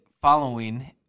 following